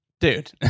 dude